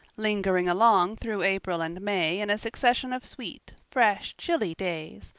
lingering along through april and may in a succession of sweet, fresh, chilly days,